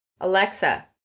Alexa